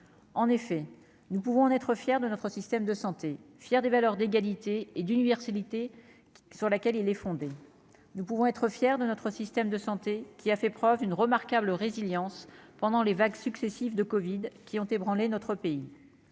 en effet, nous pouvons être fiers de notre système de santé fier des valeurs d'égalité et d'universalité, sur laquelle il est fondé, nous pouvons être fiers de notre système de santé qu'il a fait preuve d'une remarquable résilience pendant les vagues successives de Covid qui ont ébranlé notre pays